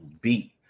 beat